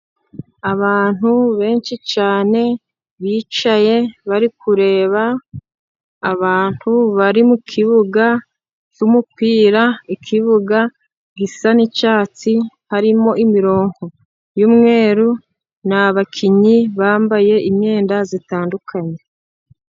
Abantu benshi cyane bicaye, bari kureba abantu bari mukibuga cy'umupira, ikibuga gisa n'icyatsi harimo imirongo y'umweru, ni abakinnyi bambaye imyenda itandukanye.